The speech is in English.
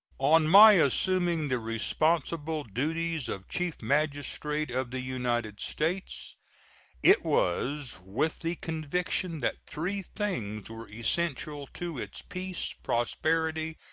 on my assuming the responsible duties of chief magistrate of the united states it was with the conviction that three things were essential to its peace, prosperity,